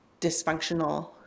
dysfunctional